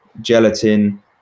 gelatin